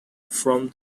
from